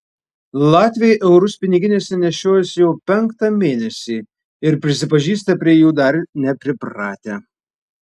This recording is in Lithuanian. latviai eurus piniginėse nešiojasi jau penktą mėnesį ir prisipažįsta prie jų dar nepripratę